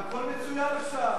והכול מצוין עכשיו.